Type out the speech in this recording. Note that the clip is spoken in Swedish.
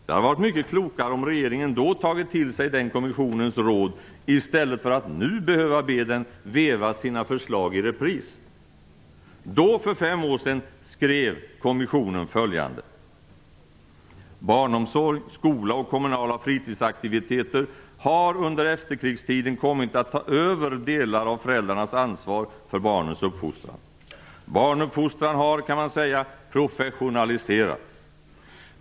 Det hade varit mycket klokare om regeringen då hade tagit till sig den kommissionens råd i stället för att nu behöva be den veva sina förslag i repris. Då, för fem år sedan, skrev kommissionen följande: "Barnomsorg, skola och kommunala fritidsaktiviteter har under efterkrigstiden kommit att ta över delar av föräldrarnas ansvar för barnens uppfostran. Barnuppfostran har, kan man säga, professionaliserats.